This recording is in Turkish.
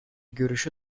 görüşü